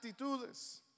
actitudes